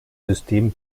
system